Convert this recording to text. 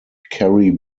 kerry